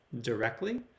directly